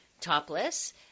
topless